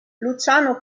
luciano